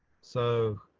so,